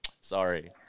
sorry